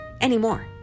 anymore